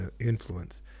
influence